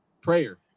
Prayer